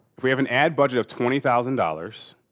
we have an ad budget of twenty thousand dollars